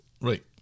Right